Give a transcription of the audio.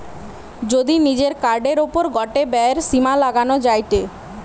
যদি নিজের কার্ডের ওপর গটে ব্যয়ের সীমা লাগানো যায়টে